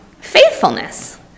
faithfulness